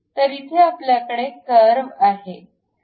तर इथे आपल्याकडे कर्व आहे